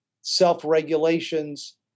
self-regulations